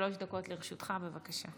שלוש דקות לרשותך, בבקשה.